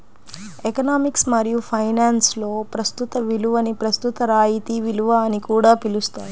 economics మరియు ఫైనాన్స్లో ప్రస్తుత విలువని ప్రస్తుత రాయితీ విలువ అని కూడా పిలుస్తారు